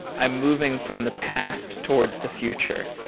i'm moving from the past towards the future,